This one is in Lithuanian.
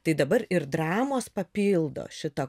tai dabar ir dramos papildo šitą